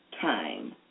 time